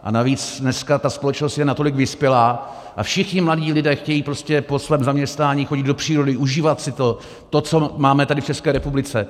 A navíc dneska ta společnost je natolik vyspělá, a všichni mladí lidé chtějí po svém zaměstnání chodit do přírody, užívat si to, co máme tady v České republice.